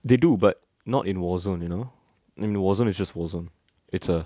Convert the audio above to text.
they do but not in warzone you know in warzone it's just warzone it's a